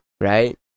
right